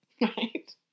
right